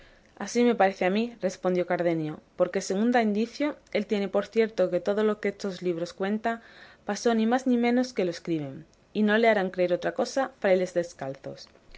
así me parece a mí respondió cardenio porque según da indicio él tiene por cierto que todo lo que estos libros cuentan pasó ni más ni menos que lo escriben y no le harán creer otra cosa frailes descalzos